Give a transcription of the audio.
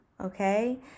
Okay